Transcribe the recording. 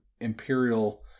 imperial